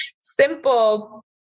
simple